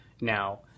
now